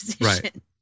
Right